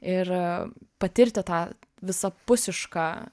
ir patirti tą visapusišką